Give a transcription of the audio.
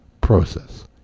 process